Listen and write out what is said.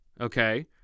okay